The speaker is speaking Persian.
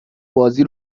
بازی